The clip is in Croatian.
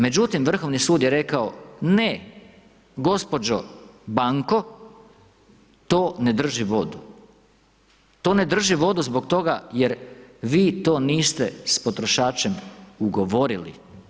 Međutim Vrhovni sud je rekao ne gospođo banko, to ne drži vodu, to ne drži vodu zbog toga jer vi to niste s potrošačem ugovorili.